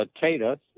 Tata